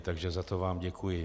Takže za to vám děkuji.